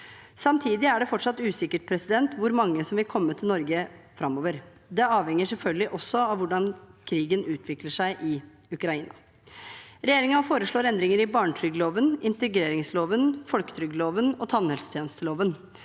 Samtidig er det fortsatt usikkert hvor mange som vil komme til Norge framover. Det avhenger selvfølgelig også av hvordan krigen utvikler seg i Ukraina. Regjeringen foreslår endringer i barnetrygdloven, integreringsloven, folketrygdloven og tannhelsetjenesteloven.